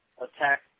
Attack